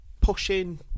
pushing